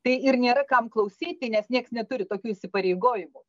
tai ir nėra kam klausyti nes nieks neturi tokių įsipareigojimų